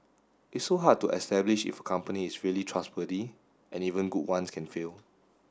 it's so hard to establish if company is really trustworthy and even good ones can fail